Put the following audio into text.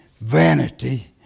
vanity